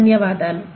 ధన్యవాదాలు